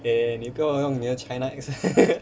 eh 你不要用你的 china accent